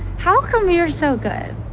how come you're so good.